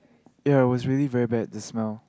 ya I was really wear bad the smell